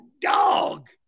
dog